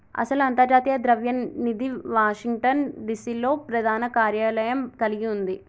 అసలు అంతర్జాతీయ ద్రవ్య నిధి వాషింగ్టన్ డిసి లో ప్రధాన కార్యాలయం కలిగి ఉంది